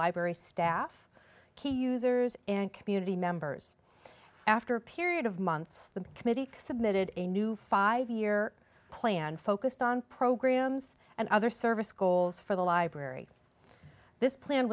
library staff key users and community members after a period of months the committee submitted a new five year plan focused on programs and other service goals for the library this plan